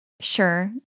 sure